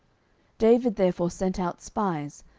david therefore sent out spies,